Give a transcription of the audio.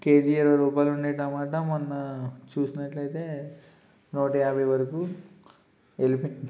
KG ఇరవై రూపాయలు ఉండే టమాట మొన్న చూసినట్లయితే నూట యాభై వరకు వెళ్ళిపో